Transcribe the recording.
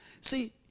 See